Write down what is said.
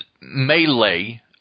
melee